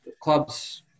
clubs